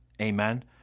Amen